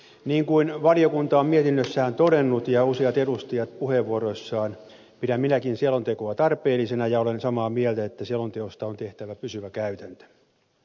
niin kuin valiokunta on mietinnössään todennut ja useat edustajat puheenvuoroissaan pidän minäkin selontekoa tarpeellisena ja olen samaa mieltä että selonteosta on tehtävä pysyvä käytäntö